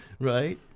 right